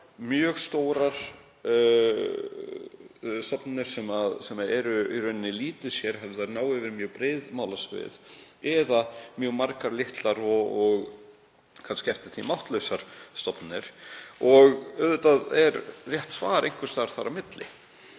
mjög stórar stofnanir sem eru í rauninni lítið sérhæfðar, ná yfir mjög breið málasvið, eða mjög margar litlar og kannski eftir því máttlausar stofnanir. Auðvitað er rétt svar einhvers staðar þar á milli.